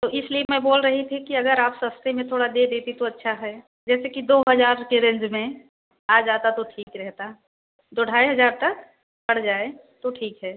तो इसलिए मैं बोल रही थी कि अगर आप सस्ते में थोड़ा दे देती तो अच्छा है जैसे कि दो हजार के रेंज में आ जाता तो ठीक रहता दो ढाई हजार तक पड़ जाए तो ठीक है